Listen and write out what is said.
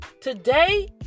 Today